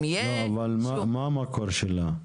מה המקור שלה?